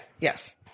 Yes